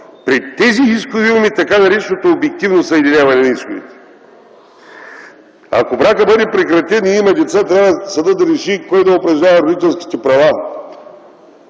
При тези искове имаме така нареченото обективно съединяване на исковете. Ако бракът бъде прекратен и има деца, трябва съдът да реши кой да упражнява родителските права